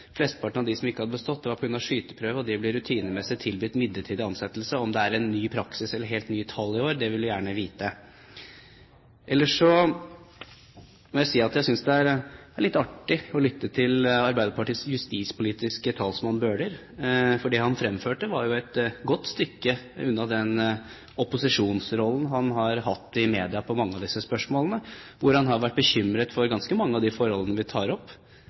flesteparten av dem som ikke hadde bestått, hadde ikke bestått skyteprøven, og de ble rutinemessig tilbudt midlertidige ansettelser. Om dette er en ny praksis eller helt nye tall i år, vil jeg gjerne vite. Ellers må jeg si at jeg synes det var litt artig å lytte til Arbeiderpartiets justispolitiske talsmann, Bøhler, for det han fremførte, var et godt stykke unna den opposisjonsrollen han har hatt i media i mange av disse spørsmålene, hvor han har vært bekymret for ganske mange av de forholdene vi tar opp